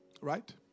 right